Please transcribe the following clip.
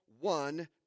one